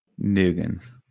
Nugans